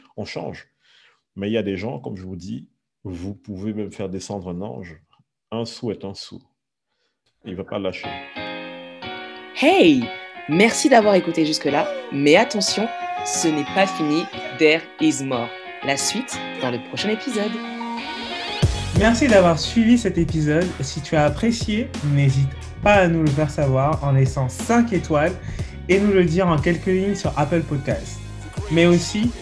on change. Mais il y a des gens, comme je vous dis, vous pouvez même faire descendre un ange, un sou est un sou. Il va pas lâcher. Hey ! Merci d'avoir écouté jusque-là, mais attention, ce n'est pas fini, there is more. La suite, dans le prochain épisode. Merci d'avoir suivi cet épisode. Si tu as apprécié, n'hésite pas à nous le faire savoir en laissant cinq étoiles et nous le dire en quelques lignes sur Apple Podcasts. Mais aussi,